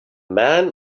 man